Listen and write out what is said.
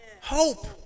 hope